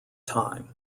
time